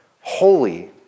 Holy